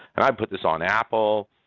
and i'd put this on apple's,